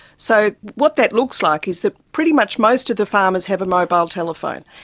so what that looks like is that pretty much most of the farmers have a mobile telephone,